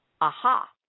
aha